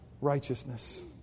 righteousness